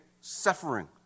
suffering